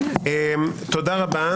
תודה רבה.